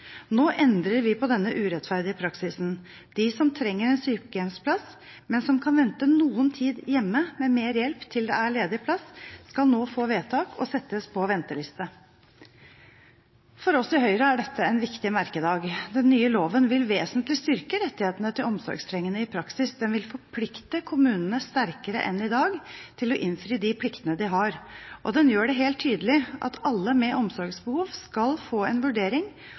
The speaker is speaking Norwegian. Nå endrer vi på denne urettferdige praksisen. De som trenger en sykehjemsplass, men som kan vente noe tid hjemme med mer hjelp til det er ledig plass, skal nå få vedtak og settes på venteliste. For oss i Høyre er dette en viktig merkedag. Den nye loven vil vesentlig styrke rettighetene til omsorgstrengende i praksis. Den vil forplikte kommunene sterkere enn i dag til å innfri de pliktene de har, og den gjør det helt tydelig at alle med omsorgsbehov skal få en vurdering